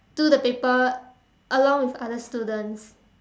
do the paper along with other students